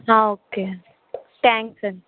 okay thanks అండి